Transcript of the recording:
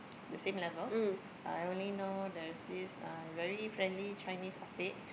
the same level I only there's this uh very friendly Chinese ah-pek